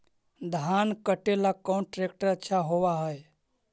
धान कटे ला कौन ट्रैक्टर अच्छा होबा है?